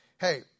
Hey